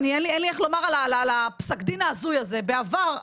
אין לי איך לומר על פסק הדין ההזוי הזה בעבר,